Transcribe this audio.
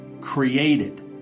created